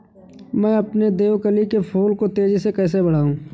मैं अपने देवकली के फूल को तेजी से कैसे बढाऊं?